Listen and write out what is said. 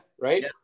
right